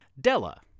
Della